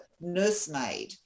nursemaid